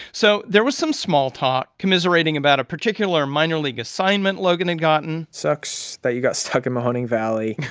so there was some small talk, commiserating about a particular minor league assignment logan had gotten sucks that you got stuck in mahoning valley.